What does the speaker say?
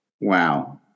Wow